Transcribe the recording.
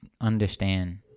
understand